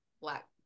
black